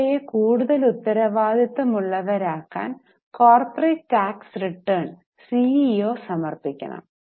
സിഇഒയെ കൂടുതൽ ഉത്തരവാദിത്തമുള്ളവരാക്കാൻ corporate tax return CEO സമർപ്പിക്കണം